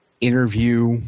interview